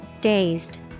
Dazed